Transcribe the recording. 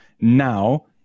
now